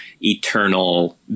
eternal